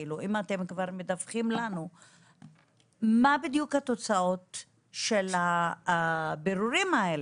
כאילו אם אתם מדווחים לנו מה בדיוק התוצאות של הבירורים האלה?